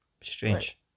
Strange